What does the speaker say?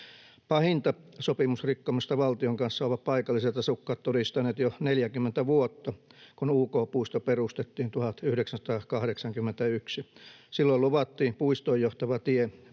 Pahinta sopimusrikkomusta valtion kanssa ovat paikalliset asukkaat todistaneet jo 40 vuotta, kun UK-puisto perustettiin 1981. Silloin luvattiin puistoon johtava tie